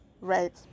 right